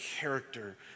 character